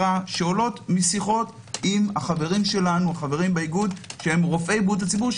שעולות משיחות עם החברים שלנו באיגוד שהם רופאי בריאות הציבור,